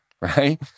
right